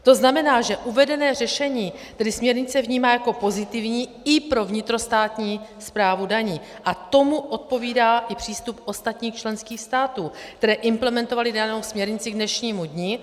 To znamená, že uvedené řešení tedy směrnice vnímá jako pozitivní i pro vnitrostátní správu daní, a tomu odpovídá i přístup ostatních členských států, které implementovaly danou směrnici k dnešnímu dni.